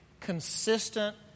consistent